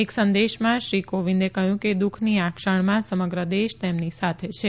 એક સંદેશમાં શ્રી કોવિદે કહ્યું કે દુઃખની આ ક્ષણમાં સમગ્ર દેશ તેમની સાથે છે